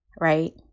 right